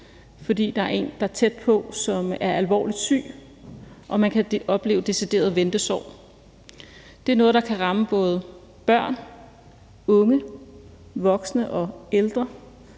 fordi der er en, der er tæt på, som er alvorligt syg, og man kan opleve decideret ventesorg. Det er noget, der kan ramme både børn, unge, voksne og ældre,